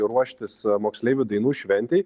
ruoštis moksleivių dainų šventei